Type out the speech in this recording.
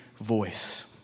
voice